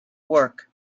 work